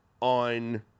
On